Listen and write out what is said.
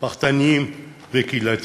פרטניים וקהילתיים,